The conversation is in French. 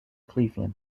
cleveland